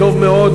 טוב מאוד,